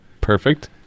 perfect